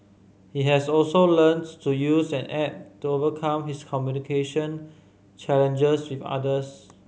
he has also learnts to use an app to overcome his communication challenges with others